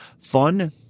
fun